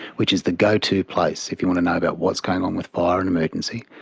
which is the go-to place if you want to know about what's going on with fire and emergency.